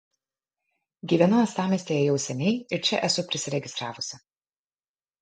gyvenu uostamiestyje jau seniai ir čia esu prisiregistravusi